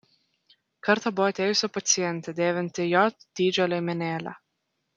kartą buvo atėjusi pacientė dėvinti j dydžio liemenėlę